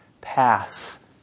pass